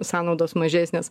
sąnaudos mažesnės